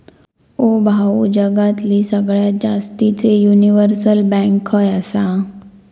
ओ भाऊ, जगातली सगळ्यात जास्तीचे युनिव्हर्सल बँक खय आसा